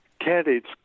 candidates